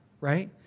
right